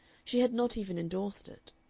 she had not even endorsed it.